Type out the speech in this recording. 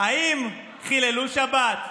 האם חיללו שבת.